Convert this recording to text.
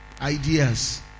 Ideas